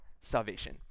salvation